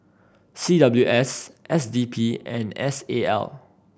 C W S S D P and S A L